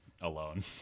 Alone